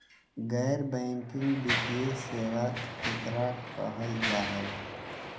गैर बैंकिंग वित्तीय सेबा केकरा कहल जा है?